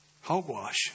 Hogwash